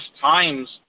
times